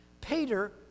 Peter